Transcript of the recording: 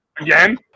Again